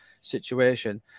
situation